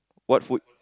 what food